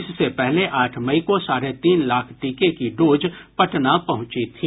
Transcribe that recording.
इससे पहले आठ मई को साढे तीन लाख टीके की डोज पटना पहुंची थी